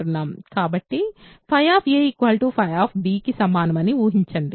కాబట్టి కి సమానం అని ఊహించండి